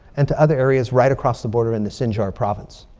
and to other areas right across the border in the sinjar province.